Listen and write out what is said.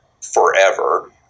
forever